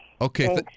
Okay